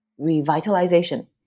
revitalization